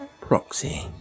Proxy